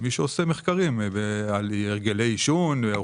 למי שעושה מחקרים על הרגלי עישון.